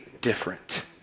different